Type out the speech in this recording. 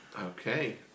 Okay